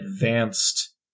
advanced